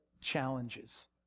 challenges